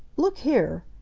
look here,